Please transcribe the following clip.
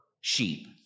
Sheep